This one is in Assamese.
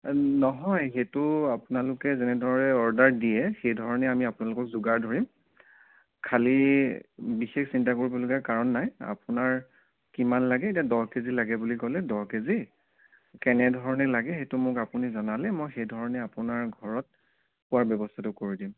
নহয় সেইটো আপোনালোকে যেনেদৰে অৰ্ডাৰ দিয়ে সেইধৰণে আমি আপোনালোকক যোগাৰ ধৰিম খালী বিশেষ চিন্তা কৰিবলগীয়া কাৰণ নাই আপোনাৰ কিমান লাগে এতিয়া দহ কেজি লাগে বুলি ক'লে দহ কেজি কেনেধৰণে লাগে সেইটো মোক আপুনি জনালেই সেইধৰণে আপোনাৰ ঘৰত পোৱাৰ ব্যৱস্থাটো কৰি দিম